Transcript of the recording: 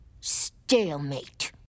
Stalemate